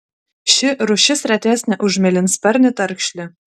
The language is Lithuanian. ši rūšis retesnė už mėlynsparnį tarkšlį